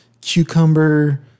cucumber